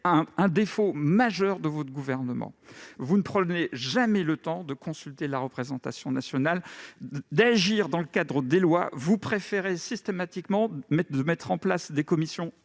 défaut majeur de votre gouvernement : vous ne prenez jamais le temps de consulter la représentation nationale et d'agir dans le cadre des lois. Vous préférez systématiquement réunir des commissions,